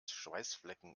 schweißflecken